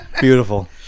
Beautiful